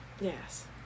Yes